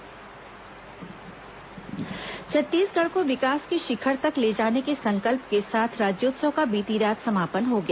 राज्योत्सव समापन छत्तीसगढ़ को विकास के शिखर तक ले जाने के संकल्प के साथ राज्योत्सव का बीती रात समापन हो गया